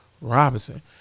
Robinson